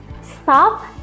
stop